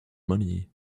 money